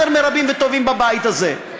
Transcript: יותר מרבים וטובים בבית הזה.